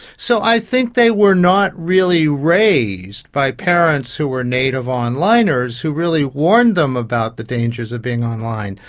so i think they were not really raised by parents who were native onliners who really warned them about the dangers of being online.